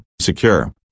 secure